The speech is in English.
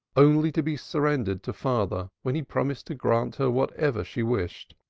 only to be surrendered to father when he promised to grant her whatever she wished.